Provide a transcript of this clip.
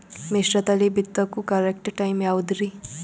ಮಿಶ್ರತಳಿ ಬಿತ್ತಕು correct time ಯಾವುದರಿ?